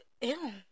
Ew